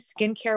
skincare